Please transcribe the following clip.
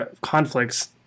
conflicts